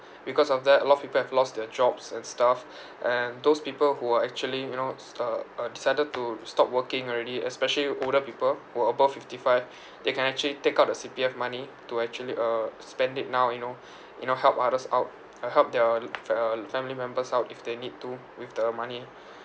because of that a lot of people have lost their jobs and stuff and those people who are actually you knows uh uh decided to stop working already especially older people who are above fifty five they can actually take out the C_P_F money to actually uh spend it now you know you know help others out uh help their l~ f~ uh family members out if they need to with the money